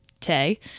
Tay